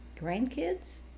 Grandkids